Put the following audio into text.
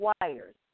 wires